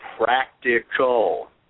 practical